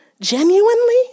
genuinely